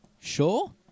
sure